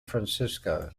francisco